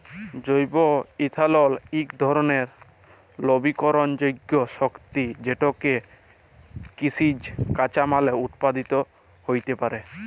জৈব ইথালল ইক ধরলের লবিকরলযোগ্য শক্তি যেটকে কিসিজ কাঁচামাললে উৎপাদিত হ্যইতে পারে